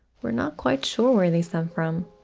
we're not quite sure where they stem from.